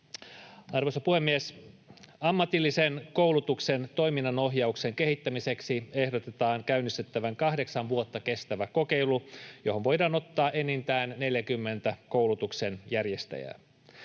Arvoisa puhemies! Ammatillisen koulutuksen toiminnanohjauksen kehittämiseksi ehdotetaan käynnistettävän kahdeksan vuotta kestävä kokeilu, johon voidaan ottaa enintään 40 koulutuksen järjestäjää.